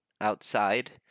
outside